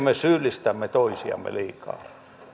me syyllistämme toisiamme liikaa